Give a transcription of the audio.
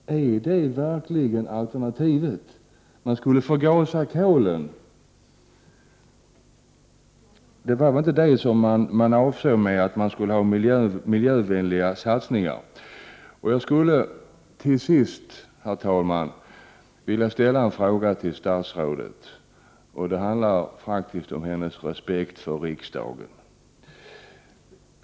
Är det verkligen alternativet? Man skulle förgasa kolet. Det var väl inte det som avsågs när det talades om miljövänliga satsningar? Till sist skulle jag, herr talman, vilja ställa en fråga till statsrådet, och det handlar faktiskt om hennes respekt för riksdagen.